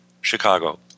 Chicago